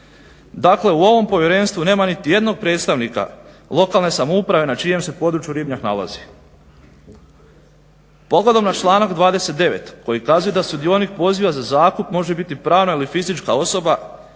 Dakle, u ovom povjerenstvu nema nitijednog predstavnika lokalne samouprave na čijem se području ribnjak nalazi. Pogledom na članak 29. koji kazuje da sudionik poziva za zakup može biti pravna ili fizička osoba